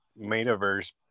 metaverse